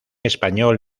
español